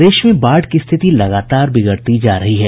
प्रदेश में बाढ़ की स्थिति लगातार बिगड़ती जा रही है